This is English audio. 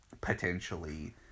potentially